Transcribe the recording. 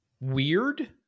Weird